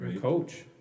coach